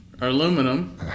aluminum